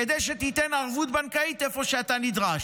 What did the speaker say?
כדי שתיתן ערבות בנקאית איפה שאתה נדרש.